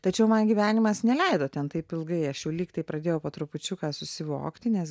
tačiau man gyvenimas neleido ten taip ilgai aš jau lygtai pradėjau po trupučiuką susivokti nes